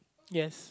yes